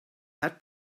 had